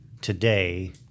today